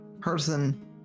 ...person